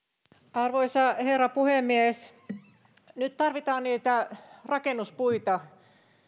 arvoisa herra puhemies nyt tarvitaan niitä rakennuspuita